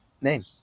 name